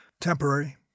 Temporary